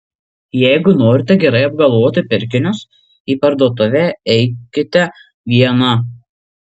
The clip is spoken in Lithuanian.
jeigu norite gerai apgalvoti pirkinius į parduotuvę eikite viena